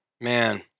Man